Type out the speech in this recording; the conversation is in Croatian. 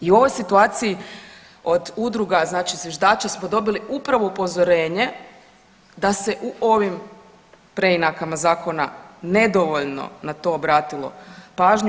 I u ovoj situaciji od udruga znači zviždače smo dobili upravo upozorenje da se u ovim preinakama zakona nedovoljno na to obratilo pažnju.